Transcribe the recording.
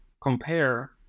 compare